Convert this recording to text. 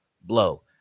blow